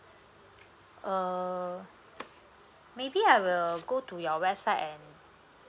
uh maybe I will go to your website and